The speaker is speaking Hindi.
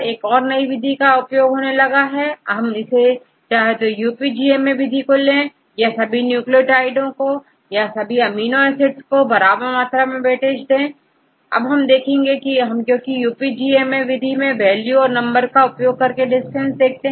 एक और नई विधि का उपयोग होने लगा है यहां हम चाहें तोUPGMA विधि को ले या सभी न्यूक्लियोटाइड को यह सभी अमीनो एसिड को बराबर मात्रा में वेटेज दें अब हम देखें कि हम क्योंकि UPGMA विधि में वैल्यू और नंबर का उपयोग कर डिस्टेंस देखते हैं